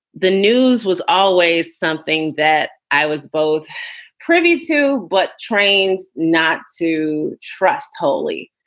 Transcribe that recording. the news was always something that i was both privy to, but trained not to trust totally.